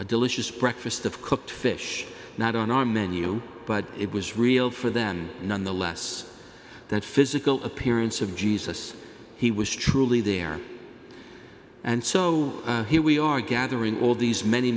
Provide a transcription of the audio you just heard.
a delicious breakfast of cooked fish not on our menu but it was real for then nonetheless that physical appearance of jesus he was truly there and so here we are gathering all these many